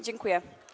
Dziękuję.